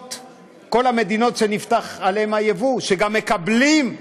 המדינות שנפתח הייבוא אליהן, שגם מקבלות,